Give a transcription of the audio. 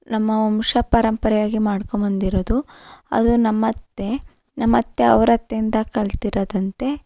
ನಮ್ಮ ವಂಶ ಪರಂಪರೆಯಾಗಿ ಮಾಡ್ಕೊಂಡ್ಬಂದಿರೋದು ಅದು ನಮ್ಮತ್ತೆ ನಮ್ಮತ್ತೆ ಅವ್ರ ಅತ್ತೆಯಿಂದ ಕಲ್ತಿರೋದಂತೆ